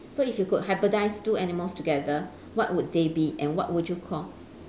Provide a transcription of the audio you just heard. so if you could hybridise two animals together what would they be and what would you call